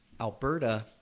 Alberta